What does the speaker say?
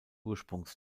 ursprungs